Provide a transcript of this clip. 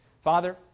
Father